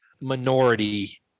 minority